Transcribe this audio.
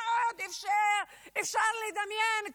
מה עוד אפשר לדמיין?